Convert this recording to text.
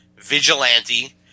vigilante